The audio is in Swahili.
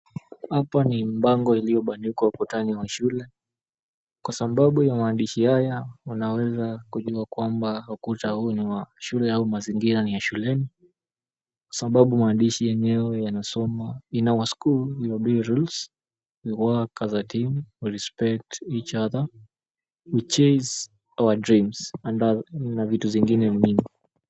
Hapa ni bago iliyobandikwa ukutani wa shule. Kwa sababu ya maandishi haya, unaweza kujua kwamba ukuta huu ni wa shule au mazingira ni ya shuleni, sababu maandishi yenyewe yana soma, In Our School We Obey rules, We Work As Team, We Respect Each Other, We Chase Our Dream, and Other... na vitu zingine mingi.